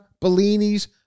Bellini's